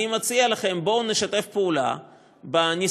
אני מציע לכם: בואו נשתף פעולה בניסיון